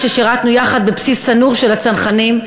כששירתנו יחד בבסיס סנור של הצנחנים.